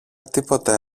τίποτε